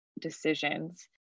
decisions